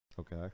Okay